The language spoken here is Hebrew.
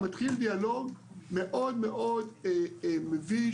מתחיל דיאלוג מאוד מאוד מביש,